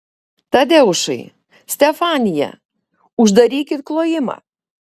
tadeušai stefanija uždarykit klojimą